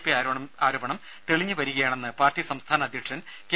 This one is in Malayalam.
പി ആരോപണം തെളിഞ്ഞു വരികയാണെന്ന് പാർട്ടി സംസ്ഥാന അദ്ധ്യക്ഷൻ കെ